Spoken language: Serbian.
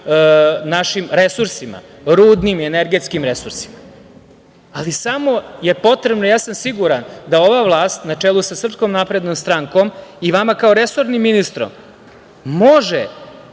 našim resursima, rudnim i energetskim resursima. Samo je potrebno, ja sam siguran, da ova vlast na čelu sa SNS i vama kao resornim ministrom može